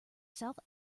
south